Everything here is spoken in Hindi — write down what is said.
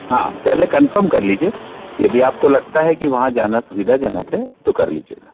हाँ पहले कन्फर्म कर लीजिए यदि आपको लगता है कि वहाँ जाना सुविधाजनक है तो कर लीजियेगा